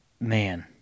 man